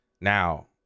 Now